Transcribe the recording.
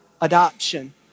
adoption